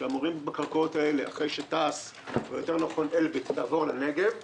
שאמורים בקרקעות האלה, אחרי שאלביט תעבור לנגב,